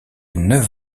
neuf